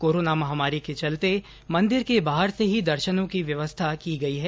corona महामारी के चलते मंदिर के बाहर से ही दर्शनों की व्यवस्था की गई है